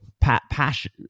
Passion